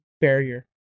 barrier